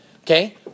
okay